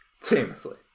Famously